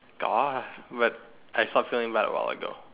got but I stop giving about a while ago